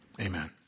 Amen